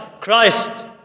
Christ